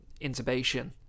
intubation